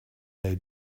they